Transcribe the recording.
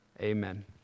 Amen